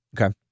Okay